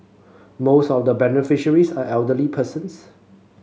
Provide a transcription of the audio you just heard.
most of the beneficiaries are elderly persons